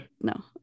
no